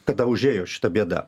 tada užėjo šita bėda